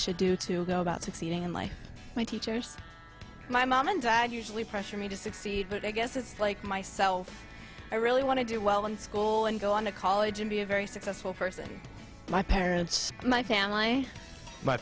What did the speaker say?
should do to go about succeeding in life my teachers my mom and dad usually pressure me to succeed but i guess it's like myself i really want to do well in school and go on to college and be a very successful person my parents my